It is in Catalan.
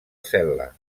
cel·la